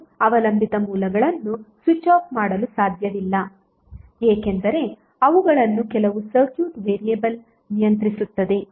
ನಾವು ಅವಲಂಬಿತ ಮೂಲಗಳನ್ನು ಸ್ವಿಚ್ ಆಫ್ ಮಾಡಲು ಸಾಧ್ಯವಿಲ್ಲ ಏಕೆಂದರೆ ಅವುಗಳನ್ನು ಕೆಲವು ಸರ್ಕ್ಯೂಟ್ ವೇರಿಯೇಬಲ್ ನಿಯಂತ್ರಿಸುತ್ತದೆ